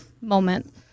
moment